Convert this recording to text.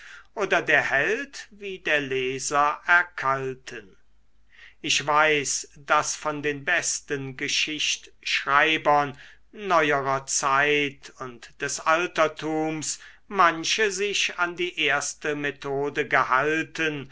oder der held wie der leser erkalten ich weiß daß von den besten geschichtschreibern neuerer zeit und des altertums manche sich an die erste methode gehalten